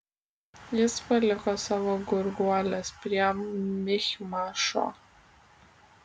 jis paliko savo gurguoles prie michmašo